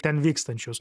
ten vykstančius